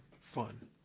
fun